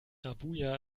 abuja